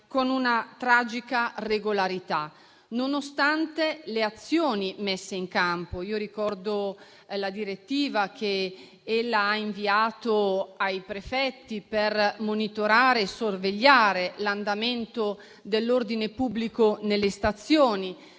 con tragica regolarità, nonostante le azioni messe in campo. Signor Ministro, ricordo la direttiva che ha inviato ai prefetti, per monitorare e sorvegliare l'andamento dell'ordine pubblico nelle stazioni.